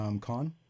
con